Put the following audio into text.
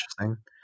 interesting